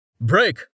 Break